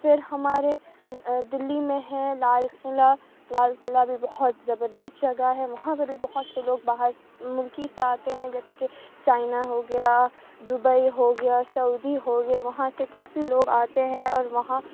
پھر ہمارے دلی میں ہے لال قلعہ لال قلعہ بھی بہت زبردست جگہ ہے وہاں پہ بھی بہت سے لوگ باہر سے ملکی سے آتے ہیں جیسے کہ چائنا ہو گیا دبئی ہو گیا سعودی ہو گیا وہاں سے کافی لوگ آتے ہیں اور وہاں